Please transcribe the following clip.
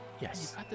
Yes